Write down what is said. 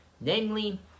namely